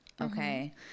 Okay